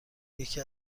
یکی